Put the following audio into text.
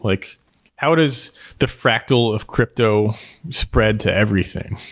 like how does the fractal of crypto spread to everything,